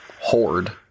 Horde